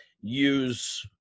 Use